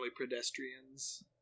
pedestrians